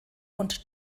und